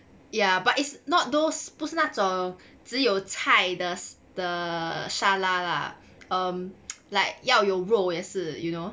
ya but it's not those 不是那种只有菜的萨拉 lah um like 要用肉也是 you know